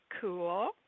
Cool